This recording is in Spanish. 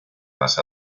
más